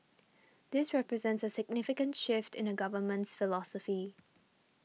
this represents significant shift in the Government's philosophy